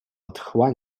otchła